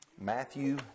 Matthew